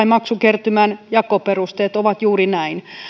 maksukertymän jakoperusteet ovat juuri näin